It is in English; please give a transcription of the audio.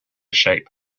shape